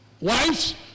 Wives